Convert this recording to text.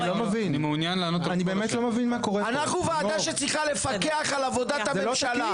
אנחנו ועדה שצריכה לפקח על עבודת הממשלה.